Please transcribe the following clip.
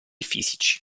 fisici